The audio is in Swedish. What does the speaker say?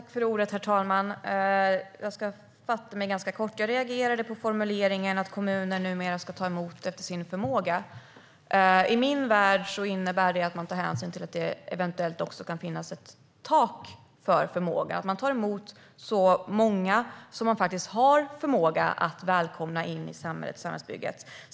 Herr talman! Jag ska fatta mig ganska kort. Jag reagerade på formuleringen att kommuner numera ska ta emot efter sin förmåga. I min värld innebär det att man tar hänsyn till att det eventuellt kan finnas ett tak för förmågan, att man tar emot så många som man faktiskt har förmåga att välkomna in i samhällsbygget.